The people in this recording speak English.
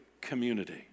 community